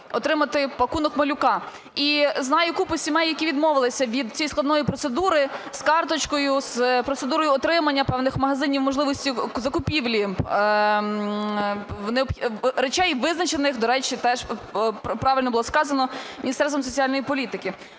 отримати "пакунок малюка". І знаю купу сімей, які відмовилися від цієї складної процедури з карточкою, з процедурою отримання в певних магазинах, можливості закупівлі, речей, визначених, до речі, теж правильно було сказано, Міністерством соціальної політики.